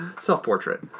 self-portrait